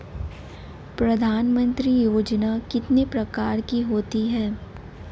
प्रधानमंत्री योजना कितने प्रकार की होती है?